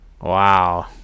Wow